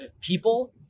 people